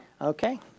Okay